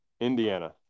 Indiana